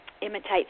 imitate